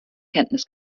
kenntnis